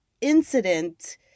incident